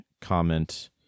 comment